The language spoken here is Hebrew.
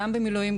גם במילואים,